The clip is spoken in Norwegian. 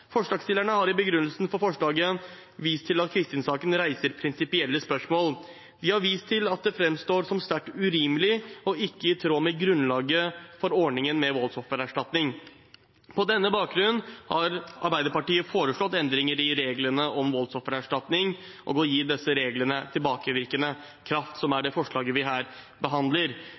Forslagsstillerne har i begrunnelsen for forslaget vist til at Kristin-saken reiser prinsipielle spørsmål. De har vist til at det framstår som sterkt urimelig og ikke i tråd med grunnlaget for ordningen med voldsoffererstatning. På denne bakgrunn har Arbeiderpartiet foreslått endringer i reglene om voldsoffererstatning og å gi disse reglene tilbakevirkende kraft – som er det forslaget vi her behandler.